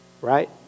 Right